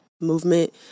movement